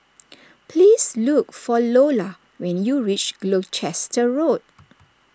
please look for Lola when you reach Gloucester Road